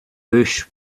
bush